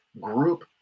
group